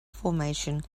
formation